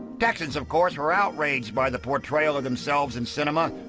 texans, of course, were outraged by the portrayal of themselves in cinema.